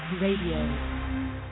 Radio